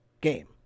game